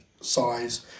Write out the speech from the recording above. size